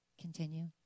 Continue